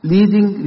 Leading